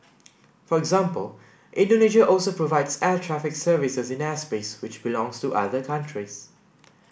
for example Indonesia also provides air traffic services in airspace which belongs to other countries